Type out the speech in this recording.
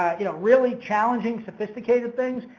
you know really challenging, sophisticated things,